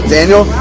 Daniel